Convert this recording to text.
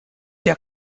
der